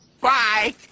Bye